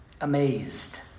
amazed